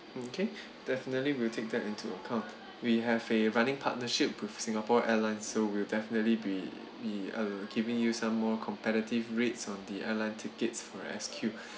okay definitely will take that into account we have a running partnership with singapore airlines so we'll definitely be be err giving you some more competitive rates on the airline tickets for S_Q